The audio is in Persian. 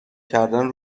کردن